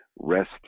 rest